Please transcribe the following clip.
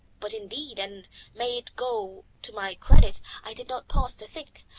but indeed and may it go to my credit i did not pause to think,